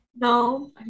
No